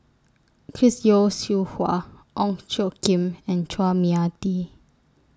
Chris Yeo Siew Hua Ong Tjoe Kim and Chua Mia Tee